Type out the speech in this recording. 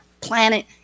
planet